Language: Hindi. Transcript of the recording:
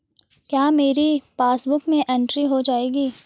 क्या मेरी पासबुक में एंट्री हो जाएगी?